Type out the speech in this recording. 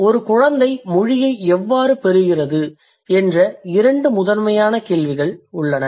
ஒரு குழந்தை மொழியை எவ்வாறு பெறுகிறது என்ற இரண்டு முதன்மையான கேள்விகள் உள்ளன